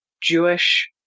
jewish